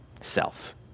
self